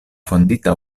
fondita